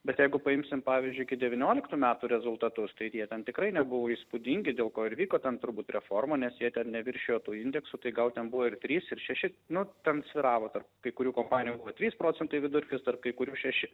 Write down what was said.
bet jeigu paimsim pavyzdžiui devynioliktų metų rezultatus tai tie ten tikrai nebuvo įspūdingi dėl ko ir vyko ten turbūt reformų nes jie ten neviršijo tų indeksų tai gal ten buvo ir trys ir šeši nu tam svyravo tarp kai kurių kompanijų trys procentai vidurkis tarp kai kurių šeši